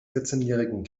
vierzehnjährigen